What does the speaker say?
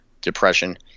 depression